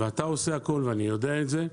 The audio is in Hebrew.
ואתה עושה הכול, אני יודע את זה.